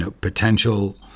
potential